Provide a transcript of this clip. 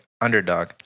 underdog